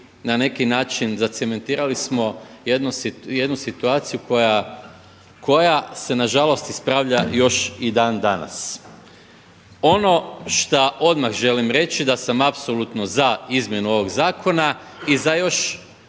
na neki način zacementirali smo jednu situaciju koja se na žalost ispravlja još i dan danas. Ono šta odmah želim reći da sam apsolutno za izmjenu ovog zakona i za još